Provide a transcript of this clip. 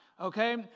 okay